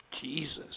Jesus